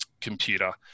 computer